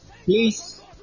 Please